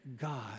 God